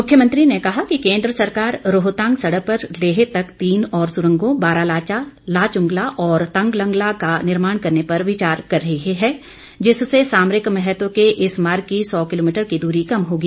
मुख्यमंत्री ने कहा कि केंद्र सरकार रोहतांग सड़क पर लेह तक तीन और सुरंगों बारालाचा लांचूगला और तांगलंगला का निर्माण करने पर विचार कर रही है जिससे सामरिक महत्व के इस मार्ग की सौ किलोमीटर की दूरी कम होगी